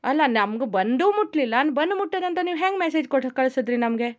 ಅಲ್ಲ ನಮ್ದು ಬಂದು ಮುಟ್ಟಲಿಲ್ಲ ಬಂದು ಮುಟ್ಟಿದೆ ಅಂತ ನೀವು ಹೇಗೆ ಮೆಸೇಜ್ ಕೊಟ್ಟು ಕಳಿಸಿದ್ರೆ ನಮಗೆ